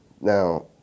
now